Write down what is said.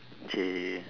!chey!